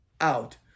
out